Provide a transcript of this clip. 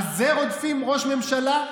על זה רודפים ראש ממשלה?